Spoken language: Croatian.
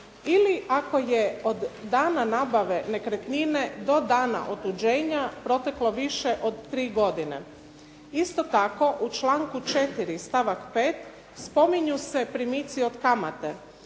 ili ako je od dana nabave nekretnine do dana otuđenja proteklo više od tri godine. Isto tako, u članku 4. stavak 5. spominju se primici od kamate.